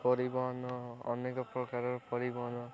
ପରିବହନ ଅନେକ ପ୍ରକାରର ପରିବହନ